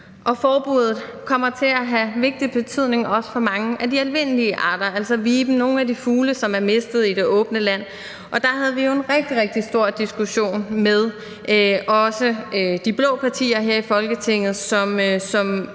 Og forbuddet kommer til at have vigtig betydning også for mange af de almindelige arter, f.eks. viben, altså nogle af de fugle, vi har mistet i det åbne land. Der havde vi jo en rigtig, rigtig stor diskussion med også de blå partier her i Folketinget, som